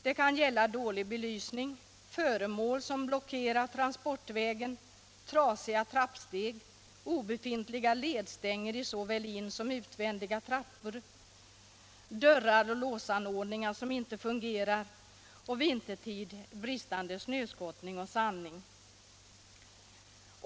Det kan gälla dålig belysning, föremål som blockerar transportvägen, trasiga trappsteg, obefintliga ledstänger i såväl in som utvändiga trappor, dörrar och låsanordningar som inte fungerar samt vintertid bristande snöskottning och sandning.